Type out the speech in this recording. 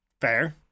Fair